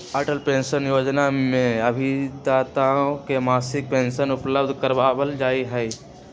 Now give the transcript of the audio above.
Atal pension Yojana में अभिदाताओं के मासिक पेंशन उपलब्ध करावल जाहई